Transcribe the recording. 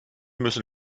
müssen